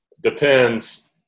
Depends